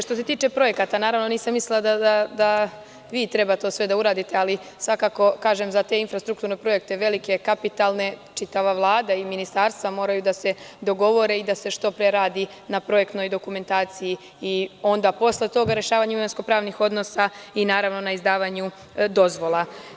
Što se tiče projekata, naravno, nisam mislila da vi treba to sve da uradite, ali kažem za te infrastrukturne projekte, velike, kapitalne, čitava Vlada i ministarstva moraju da se dogovore i da se što pre radi na projektnoj dokumentaciji i onda posle toga rešavanje imovinsko-pravnih odnosa i, naravno, na izdavanju dozvola.